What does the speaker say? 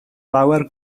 lawer